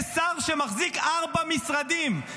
יש שר שמחזיק ארבעה משרדים,